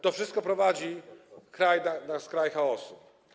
To wszystko prowadzi kraj na skraj chaosu.